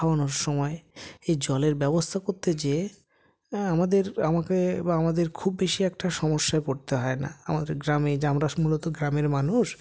খাওয়ানোর সময় এই জলের ব্যবস্থা করতে যেয়ে আমাদের আমাকে বা আমাদের খুব বেশি একটা সমস্যায় পড়তে হয় না আমাদের গ্রামে যে আমরা মূলত গ্রামের মানুষ